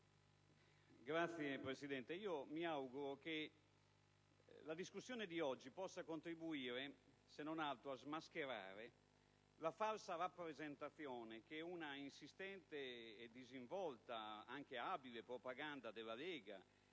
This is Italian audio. Signor Presidente, mi auguro che la discussione di oggi possa contribuire, se non altro, a smascherare la falsa rappresentazione che un'insistente, disinvolta ed abile propaganda della Lega